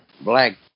Black